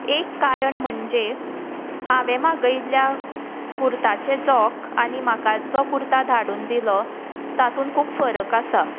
एक कारण म्हणजें हांवेन मागयल्ल्या कुर्ताचें जोंक आनी म्हाका जो कुर्ता धाडून दिलो तातूंत खूब फरक आसा